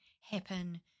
happen